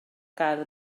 gael